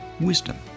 Wisdom